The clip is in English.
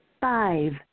five